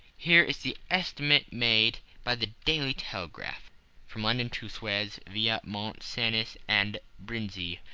here is the estimate made by the daily telegraph from london to suez via mont cenis and brindisi,